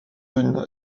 une